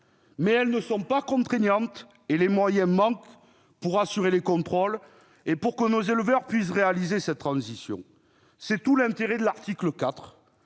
principes ne sont pas contraignants et les moyens manquent pour assurer les contrôles et permettre à nos éleveurs de réaliser cette transition. C'est tout l'intérêt de l'article 4,